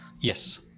Yes